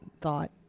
thought